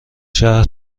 شهر